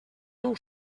nou